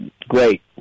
Great